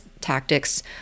tactics